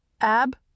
Ab